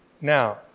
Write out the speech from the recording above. Now